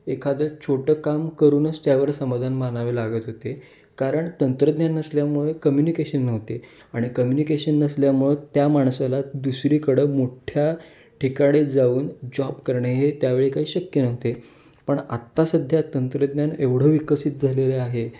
एखादं छोटं काम करूनच त्यावर समाधान मानावे लागत होते कारण तंत्रज्ञान नसल्यामुळे कम्युनिकेशन नव्हते आणि कम्युनिकेशन नसल्यामुळं त्या माणसाला दुसरीकडं मोठ्या ठिकाणी जाऊन जॉब करणे हे त्यावेळी काही शक्य नव्हते पण आत्ता सध्या तंत्रज्ञान एवढं विकसित झालेलं आहे